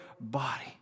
body